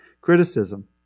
criticism